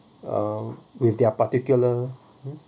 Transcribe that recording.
um with their particular